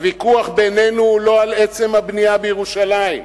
הוויכוח בינינו הוא לא על עצם הבנייה בירושלים.